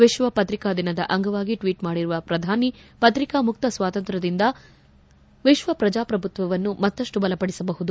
ವಿಶ್ವ ಪತ್ರಿಕಾ ದಿನದ ಅಂಗವಾಗಿ ಟ್ವೀಟ್ ಮಾಡಿರುವ ಪ್ರಧಾನಿ ಪತ್ರಿಕಾ ಮುಕ್ತ ಸ್ವಾತಂತ್ರ್ಯದಿಂದ ಪ್ರಜಾಪ್ರಭುತ್ವವನ್ನು ಮತ್ತಷ್ಟು ಬಲಪಡಿಸಬಹುದು